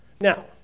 Now